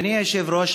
אדוני היושב-ראש,